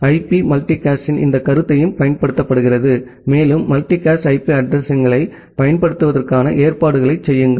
IP மல்டிகாஸ்டின் இந்த கருத்தையும் பயன்படுத்துகிறது மேலும் மல்டிகாஸ்ட் ஐபி அட்ரஸிங்களைப் பயன்படுத்துவதற்கான ஏற்பாடுகளைச் செய்யுங்கள்